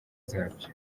zabyo